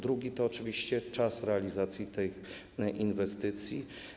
Drugi to oczywiście czas realizacji tej inwestycji.